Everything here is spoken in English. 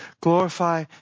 Glorify